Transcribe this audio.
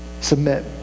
Submit